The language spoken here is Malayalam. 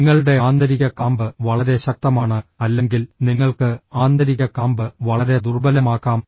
നിങ്ങളുടെ ആന്തരിക കാമ്പ് വളരെ ശക്തമാണ് അല്ലെങ്കിൽ നിങ്ങൾക്ക് ആന്തരിക കാമ്പ് വളരെ ദുർബലമാക്കാം